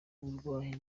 uburwayi